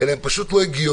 אלא הם פשוט לא הגיוניים,